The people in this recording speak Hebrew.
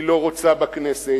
היא לא רוצה בכנסת,